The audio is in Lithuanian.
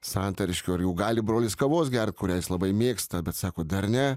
santariškių ar jau gali brolis kavos gert kurią jis labai mėgsta bet sako dar ne